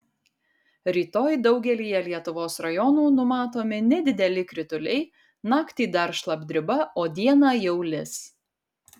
rytoj daugelyje lietuvos rajonų numatomi nedideli krituliai naktį dar šlapdriba o dieną jau lis